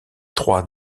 trois